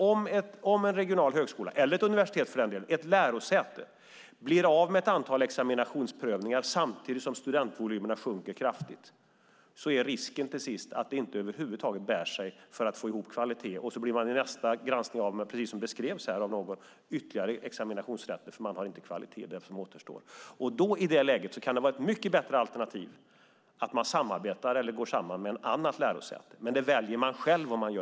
Om en regional högskola, eller ett universitet, ett lärosäte, blir av med ett antal examinationsprövningar samtidigt som studentvolymerna sjunker kraftigt är risken till sist att det inte över huvud taget bär sig för att få ihop kvalitet. Då blir lärosätet vid nästa granskning av med ytterligare examensrätter - precis som någon beskrev här - därför att kvaliteten brister i de ämnen som återstår. I det läget kan det vara ett bättre alternativ att samarbeta eller gå samman med ett annat lärosäte. Men det får de välja själva.